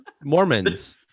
Mormons